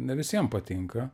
ne visiem patinka